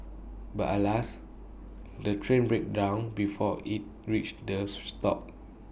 but alas the train breaks down before IT reaches the stop